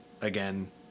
again